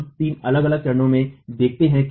हम तीन अलग अलग चरणों में देखते हैं